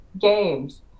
games